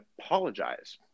apologize